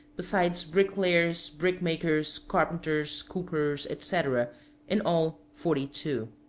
besides bricklayers, brick-makers, carpenters, coopers, etc. in all forty-two.